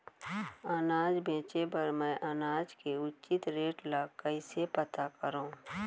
अनाज बेचे बर मैं अनाज के उचित रेट ल कइसे पता करो?